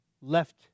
left